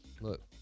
Look